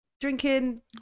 drinking